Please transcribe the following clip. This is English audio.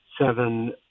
seven